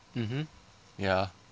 mmhmm ya